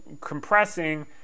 compressing